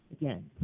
Again